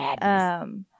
Madness